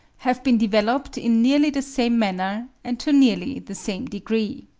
have been developed in nearly the same manner and to nearly the same degree.